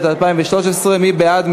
התשע"ד 2013, מי בעד?